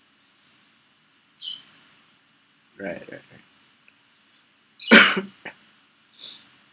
right right